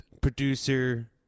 producer